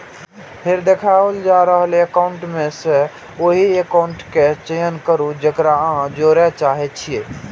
फेर देखाओल जा रहल एकाउंट मे सं ओहि एकाउंट केर चयन करू, जेकरा अहां जोड़य चाहै छी